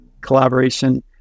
collaboration